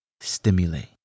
stimulate